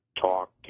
talk